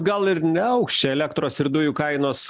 gal ir neaugs čia elektros ir dujų kainos